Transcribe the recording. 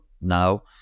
now